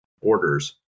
orders